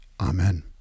Amen